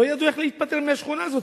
לא ידעו איך להיפטר מהשכונה הזאת,